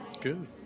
Good